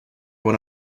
went